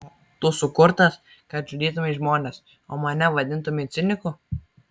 tu sukurtas kad žudytumei žmones o mane vadintumei ciniku